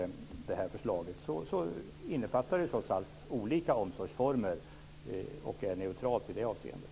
Det här förslaget innefattar trots allt olika omsorgsformer. Det är neutralt i det avseendet.